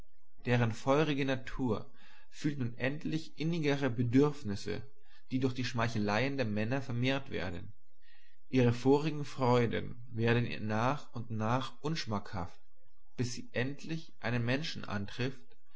verplaudern deren feurige natur fühlt nun endlich innigere bedürfnisse die durch die schmeicheleien der männer vermehrt werden ihre vorigen freuden werden ihr nach und nach unschmackhaft bis sie endlich einen menschen antrifft